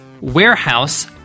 warehouse